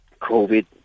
COVID